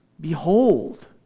Behold